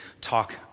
talk